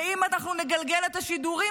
ואם אנחנו נגלגל את השידורים,